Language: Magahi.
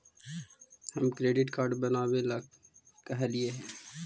हम क्रेडिट कार्ड बनावे ला कहलिऐ हे?